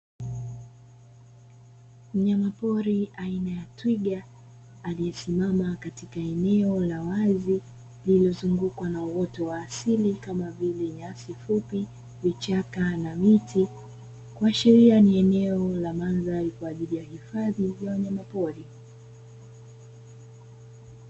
Mnyamapori aina ya twiga aliyesimama katika eneo la wazi llilozungukwa na uoto wa asili kamavile nyasi fupi, vichaka, na miti kuashiria ni eneo la mandhari kwa ajili ya hifadhi ya wanyama pori.